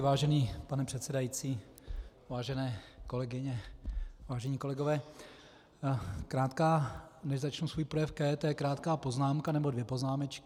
Vážený pane předsedající, vážené kolegyně, vážení kolegové, než začnu svůj projev k EET, krátká poznámka, nebo dvě poznámečky.